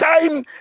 time